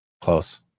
close